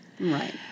Right